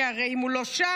כי הרי אם הוא לא שם,